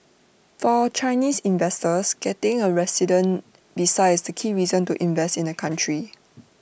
for Chinese investors getting A resident visa is the key reason to invest in the country